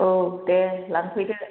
औ दे लांफैदो